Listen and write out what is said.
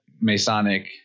Masonic